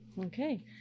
okay